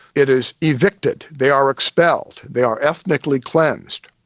it is evicted. they are expelled, they are ethnically cleansed.